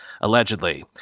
allegedly